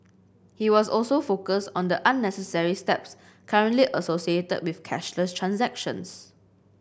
he also focused on the unnecessary steps currently associated with cashless transactions